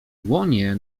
dłonie